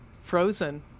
Frozen